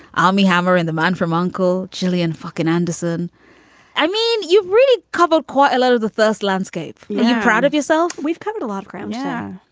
army hammer and the man from uncle gillian fucking anderson i mean, you've really covered quite a lot of the first landscape yeah proud of yourself. we've covered a lot of ground. yeah.